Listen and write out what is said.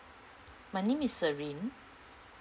my name is serene